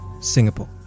Singapore